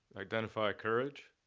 identify courage